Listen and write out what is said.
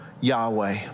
Yahweh